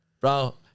Bro